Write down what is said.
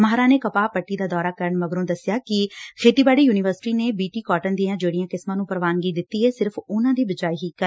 ਮਾਹਿਰਾਂ ਨੇ ਕਪਾਹ ਪੱਟੀ ਦਾ ਦੌਰਾ ਕਰਨ ਮਗਰੋਂ ਦਸਿਆ ਕਿ ਖੇਤੀਬਾੜੀ ਯੁਨੀਵਰਸਿਟੀ ਨੇ ਬੀ ਟੀ ਕਾਟਨ ਦੀਆਂ ਜਿਹਤੀਆਂ ਕਿਸਮਾਂ ਨੂੰ ਪ੍ਰਵਾਨਗੀ ਦਿੱਤੀ ਏ ਸਿਰਫ਼ ਉਨੂਾਂ ਦੀ ਬੀਜਾਈ ਹੀ ਕਰਨ